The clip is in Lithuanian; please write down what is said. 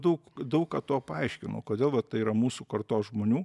daug daug ką tuo paaiškino kodėl va tai yra mūsų kartos žmonių